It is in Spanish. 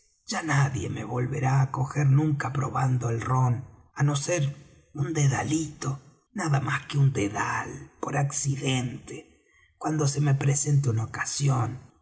ya nadie me volverá á coger nunca probando el rom á no ser un dedalito nada más que un dedal por accidente cuando se me presente una ocasión